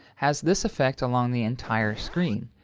has this effect along the entire screen,